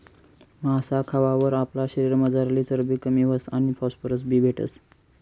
मासा खावावर आपला शरीरमझारली चरबी कमी व्हस आणि फॉस्फरस बी भेटस